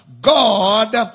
God